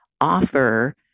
offer